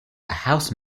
house